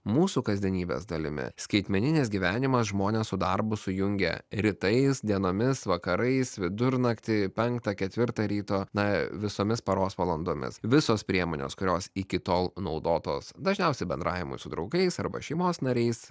mūsų kasdienybės dalimi skaitmeninis gyvenimas žmones su darbu sujungė rytais dienomis vakarais vidurnaktį penktą ketvirtą ryto na visomis paros valandomis visos priemonės kurios iki tol naudotos dažniausiai bendravimui su draugais arba šeimos nariais